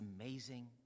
amazing